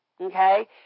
Okay